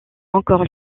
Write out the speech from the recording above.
encore